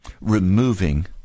removing